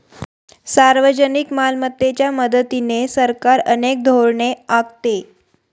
सार्वजनिक मालमत्तेच्या मदतीने सरकार अनेक धोरणे आखते